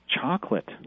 chocolate